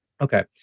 okay